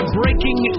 breaking